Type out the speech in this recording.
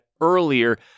earlier